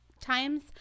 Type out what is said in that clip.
times